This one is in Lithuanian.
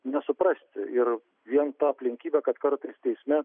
nesuprasti ir vien ta aplinkybė kad kartais teisme